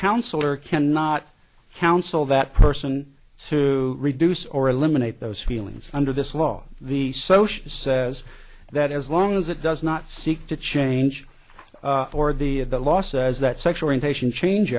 counsellor cannot counsel that person to reduce or eliminate those feelings under this law the so she says that as long as it does not seek to change or the of the law says that sexual intention change